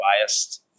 biased